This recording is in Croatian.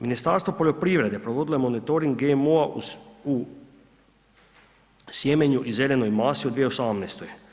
Ministarstvo poljoprivrede provodilo je monitoring GMO-a u sjemenju i zelenoj masi u 2018.